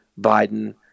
Biden